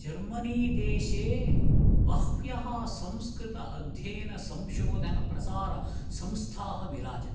Germany देशे बह्व्यः संस्कृत अध्ययनसंशोधनप्रसारसंस्थाः विराजन्ते